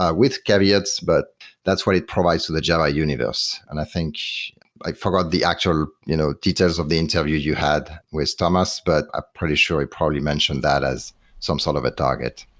ah with caveats, but that's what it provides to the java universe. and i think i forgot the actual you know details of the interview you had with thomas, but i'm ah pretty sure he probably mentioned that as some sort of a target.